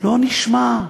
לא נשמע.